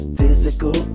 physical